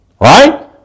Right